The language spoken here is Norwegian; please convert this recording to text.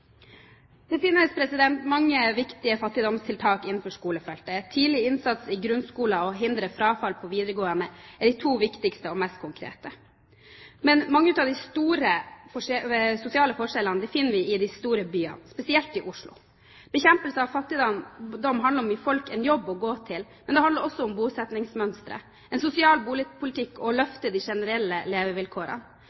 Det finnes mange viktige fattigdomstiltak innenfor skolefeltet. Tidlig innsats i grunnskolen og å hindre frafall på videregående er de to viktigste og mest konkrete. Mange av de store sosiale forskjellene finner vi i de store byene, spesielt i Oslo. Bekjempelse av fattigdom handler om å gi folk en jobb å gå til, men det handler også om bosettingsmønsteret, en sosial boligpolitikk og å